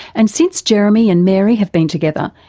and since jeremy and mary have been together,